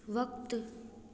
वक़्तु